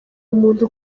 umuntu